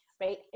right